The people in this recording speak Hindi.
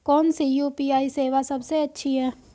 कौन सी यू.पी.आई सेवा सबसे अच्छी है?